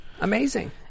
Amazing